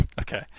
Okay